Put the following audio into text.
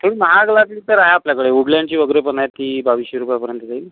थोडी महाग लागली तर आहे आपल्याकडे वूडलँडची वगैरे पण आहे ती बावीसशे रुपयापर्यंत जाईल